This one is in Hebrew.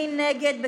מי נגד?